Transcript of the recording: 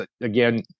Again